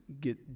get